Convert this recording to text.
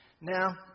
Now